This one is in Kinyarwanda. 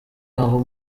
aho